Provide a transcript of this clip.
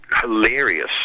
hilarious